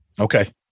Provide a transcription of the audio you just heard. Okay